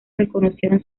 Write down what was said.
reconocieron